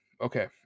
okay